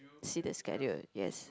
see the schedule yes